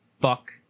Fuck